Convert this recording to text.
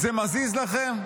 זה מזיז לכם?